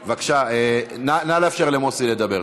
נא לאפשר למוסי לדבר.